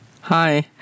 Hi